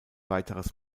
weiteres